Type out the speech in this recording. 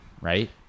right